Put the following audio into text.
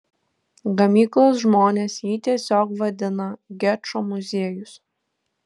gamyklos žmonės jį tiesiog vadina gečo muziejus